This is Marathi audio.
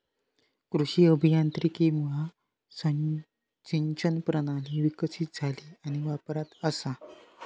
कृषी अभियांत्रिकीमुळा सिंचन प्रणाली विकसीत झाली आणि वापरात असा